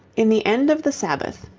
in the end of the sabbath,